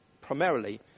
primarily